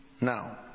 Now